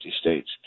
states